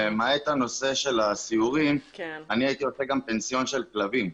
למעט הנושא של הסיורים אני הייתי עושה גם פנסיון של כלבים,